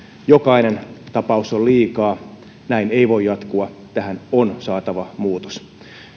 jokainen tapaus on liikaa näin ei voi jatkua tähän on saatava muutos